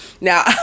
Now